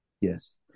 Yes